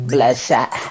Bloodshot